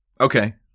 Okay